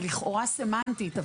היא לכאורה סמנטית,